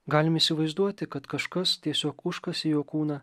galim įsivaizduoti kad kažkas tiesiog užkasė jo kūną